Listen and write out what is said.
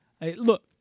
look